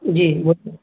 جی